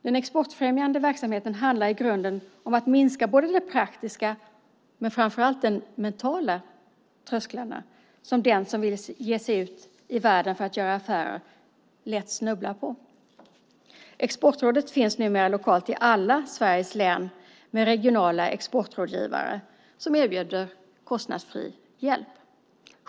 Den exportfrämjande verksamheten handlar i grunden om att minska de praktiska och framför allt de mentala trösklarna, som den som vill ge sig ut i världen för att göra affärer lätt snubblar på. Exportrådet finns numera lokalt i alla Sveriges län med regionala exportrådgivare som erbjuder kostnadsfri hjälp.